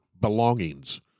belongings